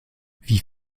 wie